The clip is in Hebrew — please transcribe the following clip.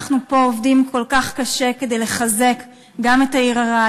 אנחנו פה עובדים כל כך קשה כדי לחזק גם את העיר ערד,